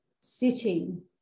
sitting